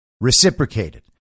reciprocated